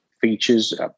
features